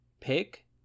pick